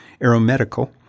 aeromedical